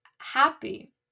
happy